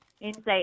insight